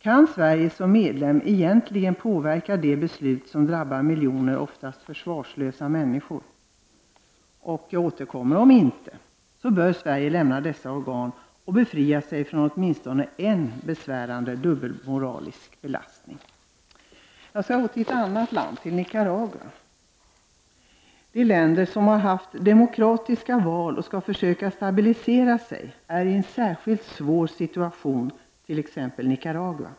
Kan Sverige som medlem egentligen påverka de beslut som ofta drabbar miljontals försvarslösa människor? Om inte, bör Sverige lämna dessa organ och befria sig från åtminstone en besvärande dubbelmoral. De länder som har haft demokratiska val och försöker stabilisera sig befinner sig i en särskilt besvärlig situation. Det gäller t.ex. Nicaragua.